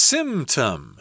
Symptom